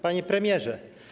Panie Premierze!